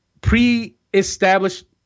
pre-established